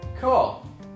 cool